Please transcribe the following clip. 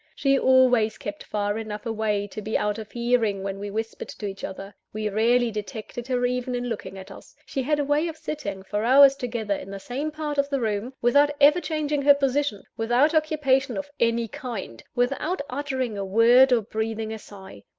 she always kept far enough away to be out of hearing when we whispered to each other. we rarely detected her even in looking at us. she had a way of sitting for hours together in the same part of the room, without ever changing her position, without occupation of any kind, without uttering a word, or breathing a sigh.